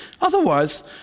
Otherwise